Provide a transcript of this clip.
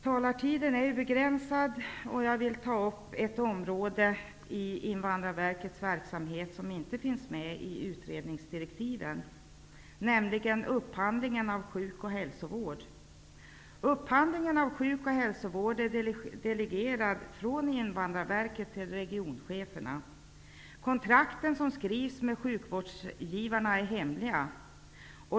Taletiden är begränsad, och jag vill ta upp ett område i Invandrarverkets verksamhet som inte finns med i utredningsdirektiven, nämligen upp handlingen av sjuk och hälsovård. Upphand lingen av sjuk och hälsovård är delegerad från In vandrarverket till regionscheferna. Kontrakten med sjukvårdsgivarna är hemliga.